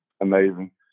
amazing